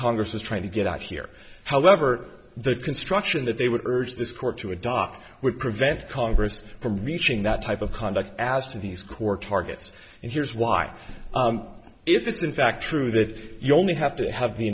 congress is trying to get at here however the construction that they would urge this court to adopt would prevent congress from reaching that type of conduct as to these core targets and here's why it's in fact true that you only have to have the